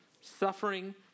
Suffering